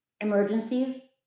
emergencies